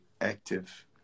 active